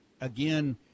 again